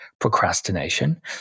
procrastination